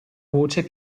voce